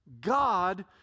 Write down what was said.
God